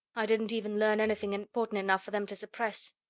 i didn't even learn anything important enough for them to suppress.